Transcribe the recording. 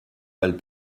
bal